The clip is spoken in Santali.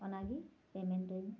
ᱚᱱᱟᱜᱮ ᱯᱮᱢᱮᱱᱴᱟᱹᱧ